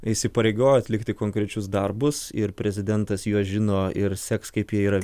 įsipareigojo atlikti konkrečius darbus ir prezidentas juos žino ir seks kaip jie yra